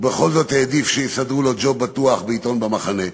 ובכל זאת העדיף שיסדרו לו ג'וב בטוח בעיתון "במחנה".